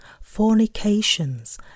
fornications